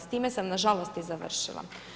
S time sam nažalost i završila.